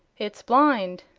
it's blind.